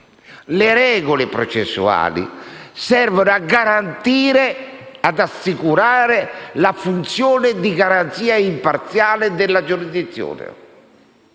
Le regole processuali servono ad assicurare la funzione di garanzia imparziale della giurisdizione,